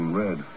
red